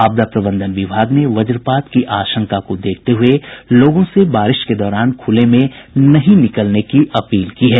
आपदा प्रबंधन विभाग ने वजपात की आशंका को देखते हुये लोगों से बारिश के दौरान खुले में नहीं निकलने की अपील की है